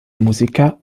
musiker